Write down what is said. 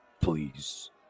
Please